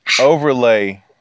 overlay